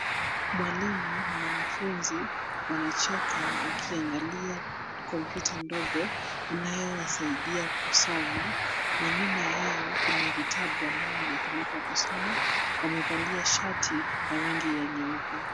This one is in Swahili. Mwalimu na mwanafunzi wanacheka wakiangalia kompyuta ndogo inayowasaidia kusoma na nyuma yao kuna vitabu ambayo yanatumika kusoma. Wamevalia shati ya rangi ya nyeupe.